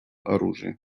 оружии